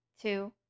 two